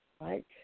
right